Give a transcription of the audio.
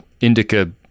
indica